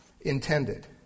intended